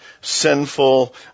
sinful